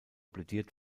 plädiert